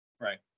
Right